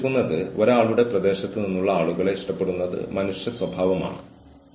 യഥാർത്ഥത്തിൽ ഒന്നും ചെയ്യാത്ത പരസ്പരം ആശ്രയിക്കുന്ന സമപ്രായക്കാർ തമ്മിലുള്ള ഓഫീസ് പ്രണയം വളരെ മോശമാണോ